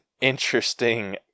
interesting